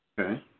Okay